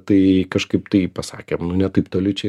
tai kažkaip tai pasakėm ne taip toli čia